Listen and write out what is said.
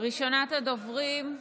ראשונת הדוברים,